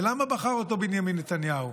ולמה בחר אותו בנימין נתניהו?